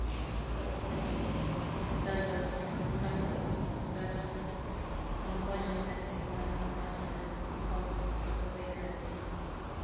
ᱟᱫᱚ ᱚᱱᱟ ᱤᱭᱟᱹᱛᱮ ᱱᱮᱛᱟᱨ ᱫᱚ ᱚᱱᱟᱠᱚ ᱵᱮᱵᱚᱥᱛᱷᱟ ᱟᱨᱚ ᱢᱚᱡᱽ ᱦᱩᱭ ᱠᱟᱱᱛᱮ ᱚᱱᱟ ᱵᱟᱥ ᱨᱮᱱᱟᱜ ᱵᱤᱠᱚᱞᱯᱚ ᱴᱳᱴᱳ ᱦᱩᱭᱠᱟᱱᱛᱮ